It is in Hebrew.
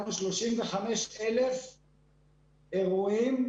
הגענו ל-35,000 אירועים,